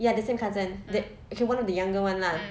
ya the same cousin that okay one of the younger [one] lah